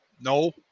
No